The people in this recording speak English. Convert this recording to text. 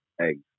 eggs